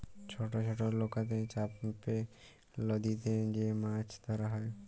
ছট ছট লকাতে চাপে লদীতে যে মাছ ধরা হ্যয়